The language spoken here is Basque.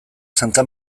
santa